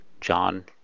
John